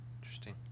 Interesting